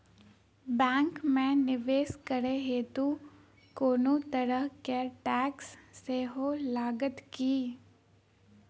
Bank मे निवेश करै हेतु कोनो तरहक टैक्स सेहो लागत की?